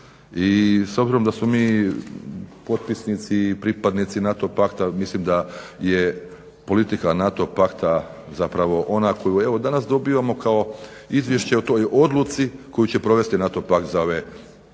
I s obzirom da smo mi potpisnici i pripadnici NATO pakta mislim da je politika NATO pakta zapravo ona koju evo danas dobivamo kao izvješće o toj odluci koju će provesti NATO pakt za ovu 2014.,